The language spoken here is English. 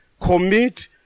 commit